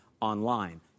online